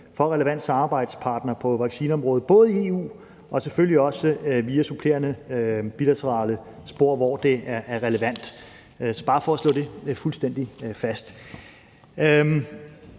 for relevante samarbejdspartnere på vaccineområdet, både i EU og selvfølgelig også via supplerende bilaterale spor, hvor det er relevant. Så det vil jeg bare slå fuldstændig fast.